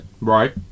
Right